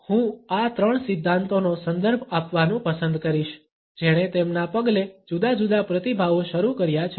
હું આ ત્રણ સિદ્ધાંતોનો સંદર્ભ આપવાનું પસંદ કરીશ જેણે તેમના પગલે જુદા જુદા પ્રતિભાવો શરૂ કર્યા છે